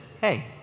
hey